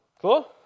Cool